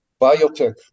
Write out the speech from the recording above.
biotech